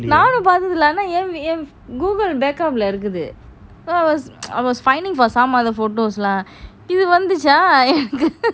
அவனை பாத்தது இல்ல ஆனா ஏன்:avana paathathu illa aana yean google backup lah இருக்குது:irukuthu I was I was finding for some other photos lah இது வண்டுஹச என்னக்கு வந்து:ithu vantuhcha ennaku vanthu